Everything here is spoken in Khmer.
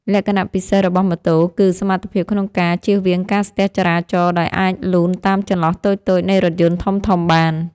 លក្ខណៈពិសេសរបស់ម៉ូតូគឺសមត្ថភាពក្នុងការជៀសវាងការស្ទះចរាចរណ៍ដោយអាចលូនតាមចន្លោះតូចៗនៃរថយន្តធំៗបាន។